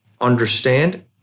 understand